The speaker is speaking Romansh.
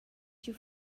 giu